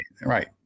right